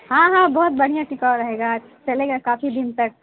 ہاں ہاں بہت برھیا ٹکاؤ رہے گا چلے گا کافی دن تک